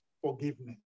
forgiveness